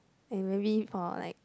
and maybe for like